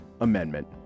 amendment